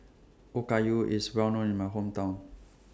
Okayu IS Well known in My Hometown